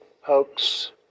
hoax